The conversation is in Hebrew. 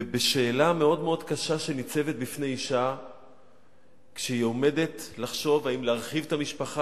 בשאלה מאוד קשה שניצבת בפני אשה כשהיא עומדת לחשוב אם להרחיב את המשפחה,